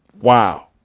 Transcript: wow